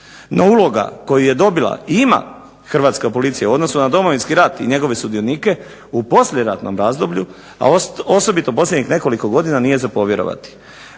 No uloga koju je dobila ima Hrvatska policija u odnosu na Domovinski rat i njegove sudionike u poslijeratnom razdoblju, a osobito posljednjih nekoliko godina nije za povjerovati.